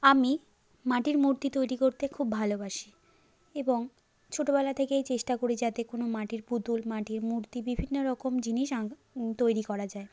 আমি মাটির মূর্তি তৈরি করতে খুব ভালোবাসি এবং ছোটোবেলা থেকেই চেষ্টা করি যাতে কোনো মাটির পুতুল মাটির মূর্তি বিভিন্ন রকম জিনিস তৈরি করা যায়